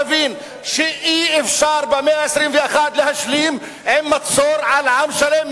אתם צריכים להבין שאי-אפשר במאה ה-21 להשלים עם מצור על עם שלם,